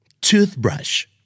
toothbrush